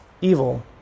evil